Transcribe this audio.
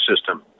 system